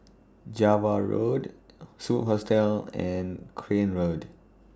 Java Road Superb Hostel and Crane Road